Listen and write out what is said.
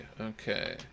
Okay